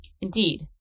Indeed